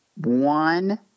one